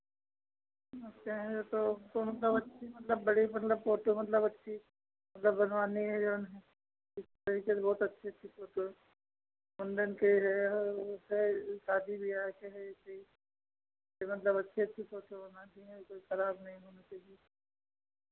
अब कहें तो तो मतलब अच्छी मतलब बड़ी मतलब फोटो मतलब अच्छी मतलब बनवानी है जौन है इस तरीके से बहुत अच्छी अच्छी फ़ोटो है मुंडन के है है शादी बियाह के है ऐसे ही कि मतलब अच्छी अच्छी फ़ोटो बनानी हैं कोई खराब नहीं होनी चहिए